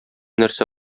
нәрсә